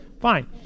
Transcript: Fine